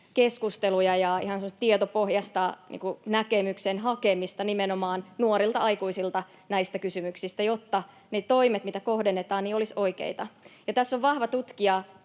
ihan semmoista tietopohjaista näkemyksen hakemista nimenomaan nuorilta aikuisilta näistä kysymyksistä, jotta ne toimet, mitä kohdennetaan, olisivat oikeita. Tässä on vahva tutkijatausta